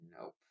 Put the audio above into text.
Nope